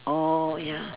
oh ya